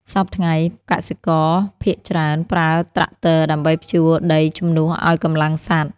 សព្វថ្ងៃ កសិករភាគច្រើនប្រើត្រាក់ទ័រដើម្បីភ្ជួរដីជំនួសឱ្យកម្លាំងសត្វ។